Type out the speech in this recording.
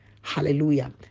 Hallelujah